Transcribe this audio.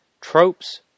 tropes